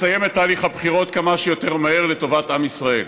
כפי שכבר התרעתי לפני כחודש,